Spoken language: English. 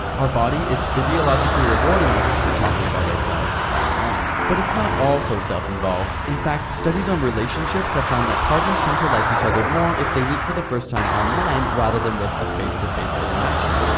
our body is physiologically rewarding us for talking about ourselves online! but it's not all so self involved. in fact, studies on relationships have found that partners tend to like each other more if they meet for the first time online rather than with a face to face interaction.